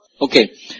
Okay